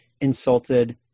insulted